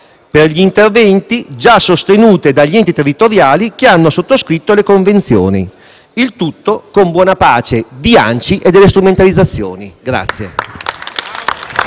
per gli interventi già sostenuti dagli enti territoriali che hanno sottoscritto le convenzioni. Il tutto con buona pace di ANCI e delle strumentalizzazioni.